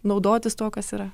naudotis tuo kas yra